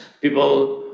people